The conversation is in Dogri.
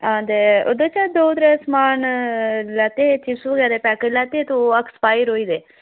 ते ओह्दे चा दौ त्रै समान लैते हे चिप्स दे दो पैकेट लैते ओह् एक्स्पायर होई गेदे